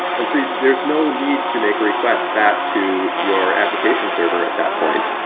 and so there's no need to make a request back to your application server at that point.